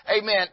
amen